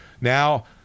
now